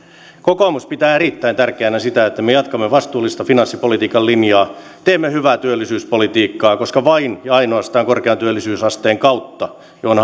kokoomus pitää erittäin tärkeänä sitä että me jatkamme vastuullista finanssipolitiikan linjaa teemme hyvää työllisyyspolitiikkaa koska vain ja ainoastaan korkean työllisyysasteen kautta johon